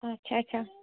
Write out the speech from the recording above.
آچھا آچھا